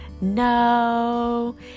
No